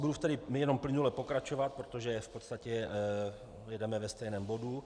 Budu tedy jenom plynule pokračovat, protože v podstatě jedeme ve stejném bodu.